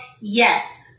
Yes